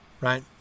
right